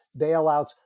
bailouts